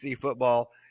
football